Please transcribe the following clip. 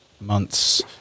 months